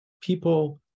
people